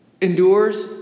endures